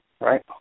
right